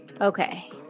okay